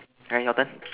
K your turn